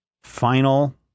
Final